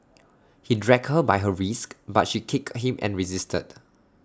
he dragged her by her wrists but she kicked him and resisted